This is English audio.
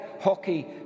hockey